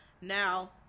now